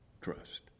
trust